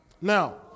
Now